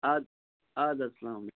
اَدٕ اَدٕ حظ سلامُ علیکُم